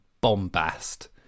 bombast